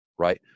right